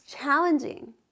challenging